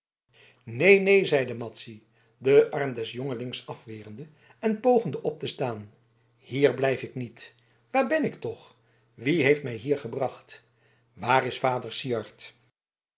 neen neen zeide madzy den arm des jongelings afwerende en pogende op te staan hier blijf ik niet waar ben ik toch wie heeft mij hier gebracht waar is vader syard